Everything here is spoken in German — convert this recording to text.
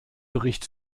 bericht